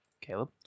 Caleb